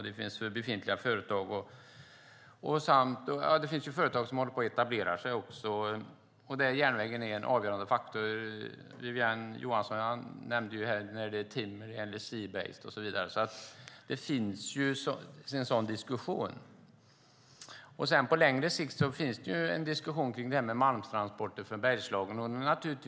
Det finns företag som håller på att etablera sig där, och där är järnvägen en avgörande faktor. Wiwi-Anne Johansson nämnde till exempel Seabased. Det finns en sådan diskussion. Det finns en diskussion om malmtransporter från Bergslagen på längre sikt.